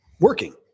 working